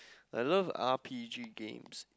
I love R_P_G games